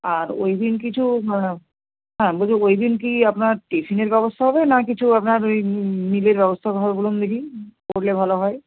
আর ওইদিন কিছু হ্যাঁ বলছি ওই দিন কী আপনার টিফিনের ব্যবস্থা হবে না কিছু আপনার ওই মিলের ব্যবস্থা হবে বলুন দেখি করলে ভালো হয়